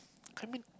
come in